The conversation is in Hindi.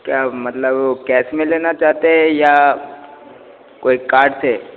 क्या मतलब वह कैश में लेना चाहते हैं या कोई कार्ड से